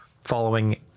following